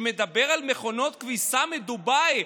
שמדבר על מכונות כביסה מדובאי,